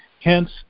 hence